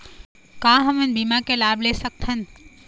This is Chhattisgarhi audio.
का हमन बीमा के लाभ ले सकथन?